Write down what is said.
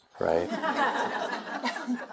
right